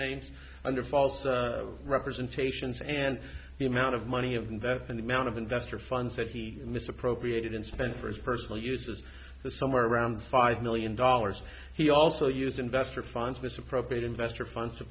names under false representations and the amount of money of investment and amount of investor funds that he misappropriated and spent for his personal use was somewhere around five million dollars he also used investor funds misappropriate investor funds to